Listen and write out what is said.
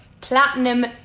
platinum